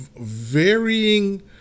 varying